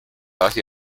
asi